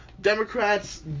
Democrats